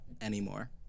anymore